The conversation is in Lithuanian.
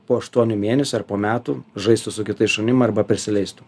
po aštuonių mėnesių ar po metų žaistų su kitais šunim arba prisileistų